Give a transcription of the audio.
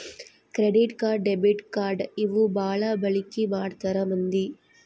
credit card debit card ಇವು ಬಾಳ ಬಳಿಕಿ ಮಾಡ್ತಾರ ಮಂದಿ